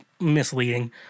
misleading